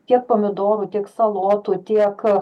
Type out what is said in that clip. tiek pomidorų tik salotų tiek